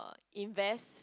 invest